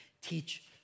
teach